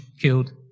killed